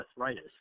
arthritis